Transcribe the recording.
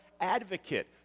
advocate